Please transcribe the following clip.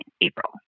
April